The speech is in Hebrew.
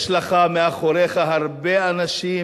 יש לך מאחוריך הרבה אנשים